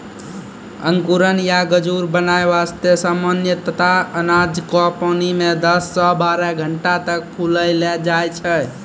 अंकुरण या गजूर बनाय वास्तॅ सामान्यतया अनाज क पानी मॅ दस सॅ बारह घंटा तक फुलैलो जाय छै